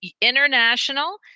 international